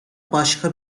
başka